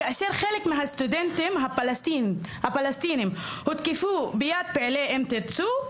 כאשר חלק מהסטודנטים הפלסטינים הותקפו ביד פעילי "אם תרצו",